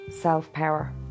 self-power